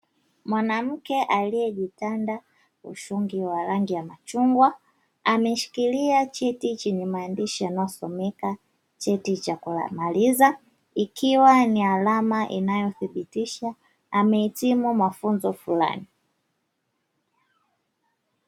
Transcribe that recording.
Mwanamke aliyejitanda ushungi wa rangi ya machungwa. Ameshikilia cheti chenye maandishi yanayosomeka "cheti cha kumaliza". Ikiwa ni alama inayothibitisha amehitimu mafunzo fulani.